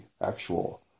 actual